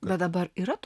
bet dabar yra